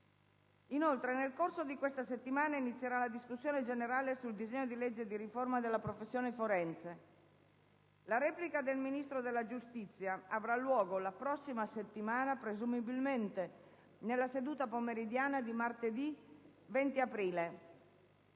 Inoltre, nel corso di questa settimana inizierà la discussione generale sul disegno di legge di riforma della professione forense. La replica del Ministro della giustizia avrà luogo la prossima settimana, presumibilmente nella seduta pomeridiana di martedì 20 aprile.